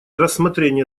рассмотрение